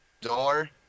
door